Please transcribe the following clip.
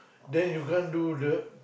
then you can't do the